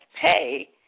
pay